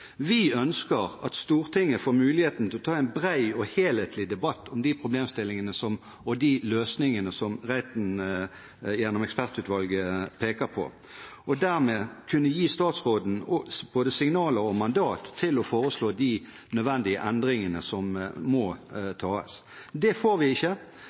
Vi ønsker at Stortinget får mulighet til å ta en bred og helhetlig debatt om de problemstillingene og de løsningene som Reiten – gjennom ekspertutvalget – peker på, og dermed kunne gi statsråden både signaler om og mandat til å foreslå de nødvendige endringene som må foretas. Det får vi ikke,